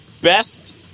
Best